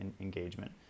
engagement